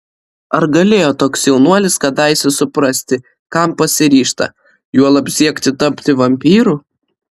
ar galėjo toks jaunuolis kadaise suprasti kam pasiryžta juolab siekti tapti vampyru